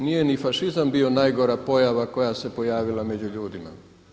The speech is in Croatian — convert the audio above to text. Nije ni fašizam bio najgora pojava koja se pojavila među ljudima.